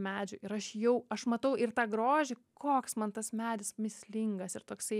medžių ir aš jau aš matau ir tą grožį koks man tas medis mįslingas ir toksai